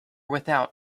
without